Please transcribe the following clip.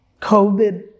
COVID